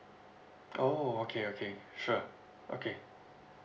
oh okay okay sure okay